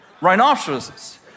rhinoceroses